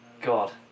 God